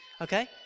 Okay